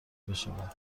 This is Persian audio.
بشود